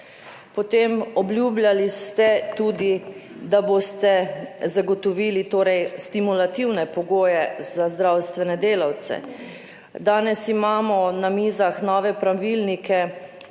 Potem, obljubljali ste tudi, da boste zagotovili stimulativne pogoje za zdravstvene delavce. Danes imamo na mizah nove pravilnike,